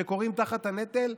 שכורעים תחת הנטל.